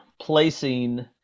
placing